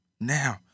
Now